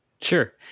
sure